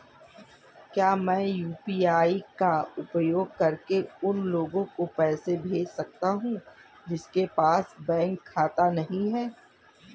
क्या मैं यू.पी.आई का उपयोग करके उन लोगों को पैसे भेज सकता हूँ जिनके पास बैंक खाता नहीं है?